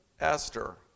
Esther